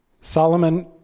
Solomon